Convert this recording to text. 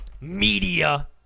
Media